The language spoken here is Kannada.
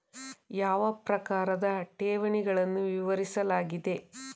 ಯಾವ ಪ್ರಕಾರದ ಠೇವಣಿಗಳನ್ನು ವಿವರಿಸಲಾಗಿದೆ?